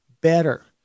better